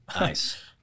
Nice